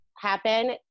happen